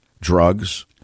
drugs